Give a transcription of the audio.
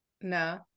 No